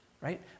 right